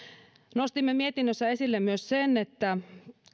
nostimme mietinnössä esille myös sen että